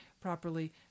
properly